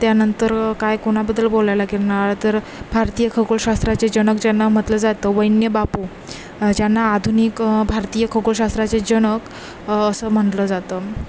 त्यानंतर काय कोणाबद्दल बोलायला घेणार तर भारतीय खगोलशास्त्राचे जनक ज्यांना म्हणलं जातं वैन्यबापू ज्यांना आधुनिक भारतीय खगोलशास्त्राचे जनक असं म्हणलं जातं